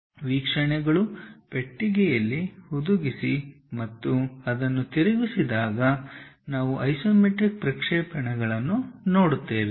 ವೀಕ್ಷಣೆಗಳು ಪೆಟ್ಟಿಗೆಯಲ್ಲಿ ಹುದುಗಿಸಿ ಮತ್ತುಅದನ್ನುತಿರುಗಿಸಿದಾಗನಾವು ಐಸೊಮೆಟ್ರಿಕ್ ಪ್ರಕ್ಷೇಪಗಳನ್ನು ನೋಡುತ್ತೇವೆ